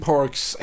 Park's